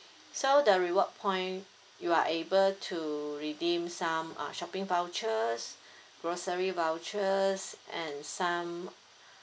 so the reward point you're able to redeem some uh shopping vouchers grocery vouchers and some